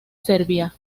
serbia